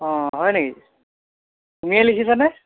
অঁ হয় নেকি তুমিয়ে লিখিছা নে